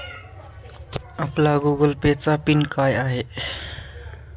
आपला Google Pay चा PIN काय आहे?